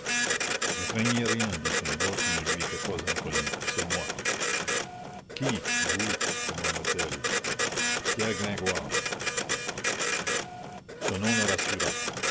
ne craignez rien dit une voix qui ne lui était pas inconnue c'est moi qui vous demanda-t-elle pierre gringoire ce nom la rassura